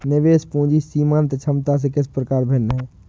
निवेश पूंजी सीमांत क्षमता से किस प्रकार भिन्न है?